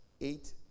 eight